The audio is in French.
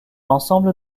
ensemble